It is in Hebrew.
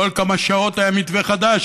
כל כמה שעות היה מתווה חדש,